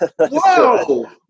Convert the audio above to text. Whoa